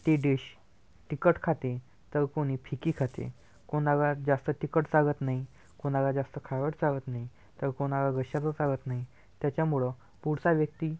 ती डिश तिखट खाते तर कोणी फिकी खाते कोणाला जास्त तिखट चालत नाही कोणाला जास्त खारट चालत नाही तर कोणाला विषभ चालत नाही त्याच्या मूळ पुढचा व्यक्ती